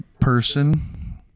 person